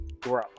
grow